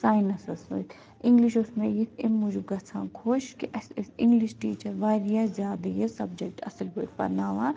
ساینَسَس سۭتۍ اِنٛگلِش اوٗس مےٚ یِہ امہِ موٗجوٗب گژھان خۄش کہِ اسہِ ٲسۍ اِنٛگلِش ٹیٖچَر واریاہ زیادٕ یہِ سَبجَکٹہٕ اصٕل پٲٹھۍ پَرناوان